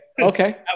okay